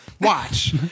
Watch